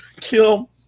kill